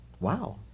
Wow